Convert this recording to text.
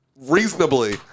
reasonably